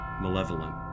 malevolent